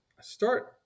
start